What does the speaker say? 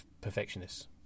perfectionists